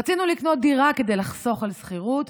רצינו לקנות דירה כדי לחסוך על שכירות,